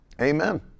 Amen